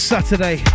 Saturday